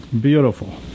beautiful